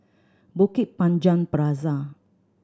Bukit Panjang Plaza